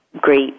great